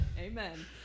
Amen